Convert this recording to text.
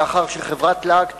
לאחר שחברת "להק תעופה"